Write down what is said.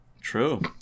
True